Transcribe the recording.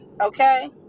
Okay